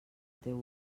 teu